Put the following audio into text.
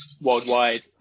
worldwide